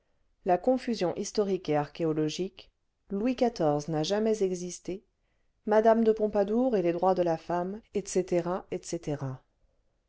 la confusion historique et archéologique louis xiv n'a jamais existé madame de pompadour et les droits de la femme etc etc